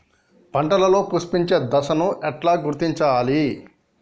పంటలలో పుష్పించే దశను ఎట్లా గుర్తించాలి?